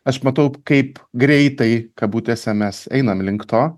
aš matau kaip greitai kabutėse mes einam link to